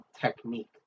technique